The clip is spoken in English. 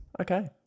Okay